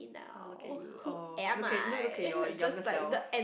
ah look at you oh look at look look at your younger self